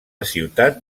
ciutat